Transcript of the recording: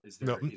No